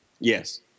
Yes